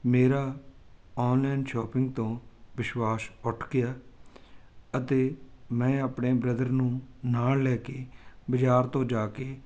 ਮੇਰਾ online shopping ਤੋਂ ਵਿਸ਼ਵਾਸ ਉੱਠ ਗਿਆ ਅਤੇ ਮੈਂ ਆਪਣੇ ਬ੍ਰਦਰ ਨੂੰ ਨਾਲ ਲੈ ਕੇ ਬਜ਼ਾਰ ਤੋਂ ਜਾ ਕੇ